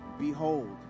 Behold